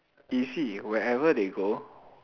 easy where ever they go